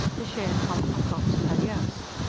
to share tom ocock's palliasse.